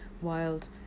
wild